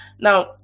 Now